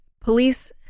police